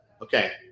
Okay